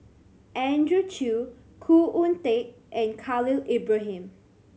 Andrew Chew Khoo Oon Teik and Khalil Ibrahim